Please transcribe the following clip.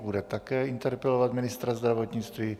Bude také interpelovat ministra zdravotnictví.